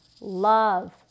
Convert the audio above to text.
love